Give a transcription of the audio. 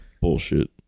Bullshit